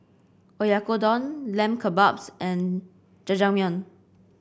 Oyakodon Lamb Kebabs and Jajangmyeon